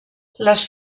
les